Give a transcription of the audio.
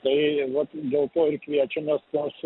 tai vat dėl to ir kviečiamės tuos